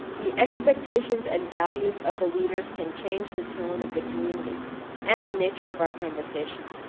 the expectations and values of the leaders can change the tone of the community and the nature of our conversation.